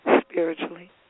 spiritually